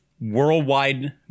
worldwide